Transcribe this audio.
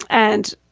and,